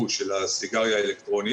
המיסוי גם על סיגריות האלקטרוניות?